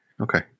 okay